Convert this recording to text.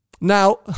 Now